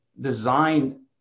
design